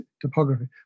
topography